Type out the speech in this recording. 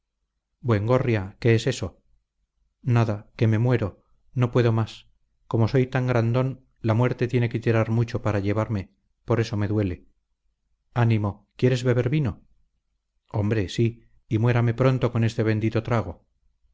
buen gorria qué es eso nada que me muero no puedo más como soy tan grandón la muerte tiene que tirar mucho para llevarme por eso me duele ánimo quieres beber vino hombre sí y muérame pronto con este bendito trago